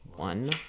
One